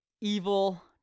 evil